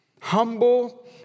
humble